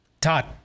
Todd